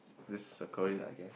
this circle okay